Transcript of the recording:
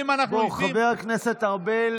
אם אנחנו יושבים, לא, בוא, חבר הכנסת ארבל,